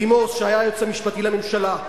שהיה היועץ המשפטי לממשלה,